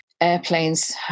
airplanes